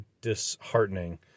disheartening